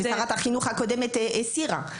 ששרת החינוך הקודמת הסירה.